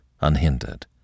unhindered